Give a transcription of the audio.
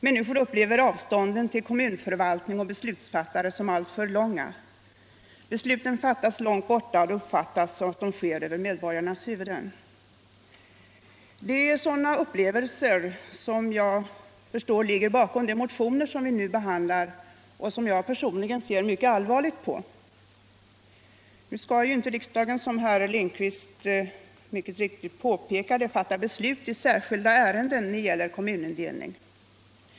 Människor upplever avstånden till kommunförvaltning och beslutsfattare som alltför stora. Besluten fattas långt borta, och det uppfattas som om allt sker över medborgarnas huvuden. Det är sådana upplevelser som jag förstår ligger bakom de motioner som vi nu behandlar och som jag personligen ser mycket allvarligt på. Nu skall inte riksdagen, som herr Lindkvist mycket riktigt påpekade, fatta beslut i särskilda ärenden när det gäller kommunindelningen.